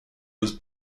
was